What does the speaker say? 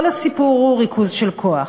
כל הסיפור הוא ריכוז של כוח,